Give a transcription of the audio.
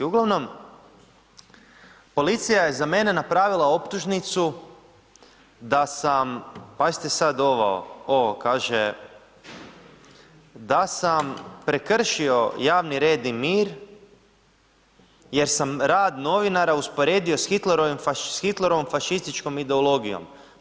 Uglavnom, policija je za mene napravila optužnicu da sam, pazite sad ovo, ovo kaže da sam prekršio javni red i mir jer sam rad novinara usporedio s Hitlerovom fašističkom ideologijom.